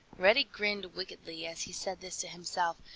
reddy grinned wickedly as he said this to himself,